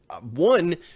one